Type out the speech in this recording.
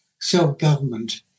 self-government